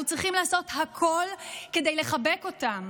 אנחנו צריכים לעשות הכול כדי לחבק אותם.